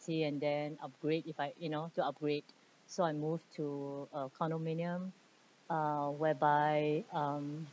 and then upgrade if I you know to upgrade so I moved to a condominium uh whereby um